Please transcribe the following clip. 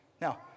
Now